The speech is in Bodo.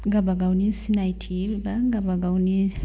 गावबागावनि सिनायथि बा गावबागावनि